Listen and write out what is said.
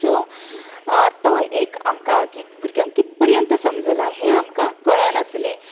so तो एक आमकां की भुरग्यांक कित पर्यंत समजलां हें आमकां कळनासलें